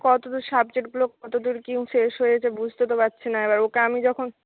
কতো সাবজেক্টগুলো কতো দূর কি শেষ হয়েছে বুঝতে তো পারছি না এবার ওকে আমি যখন